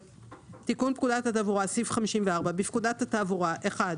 תיקון פקודת התעבורה 54. בפקודת התעבורה (1)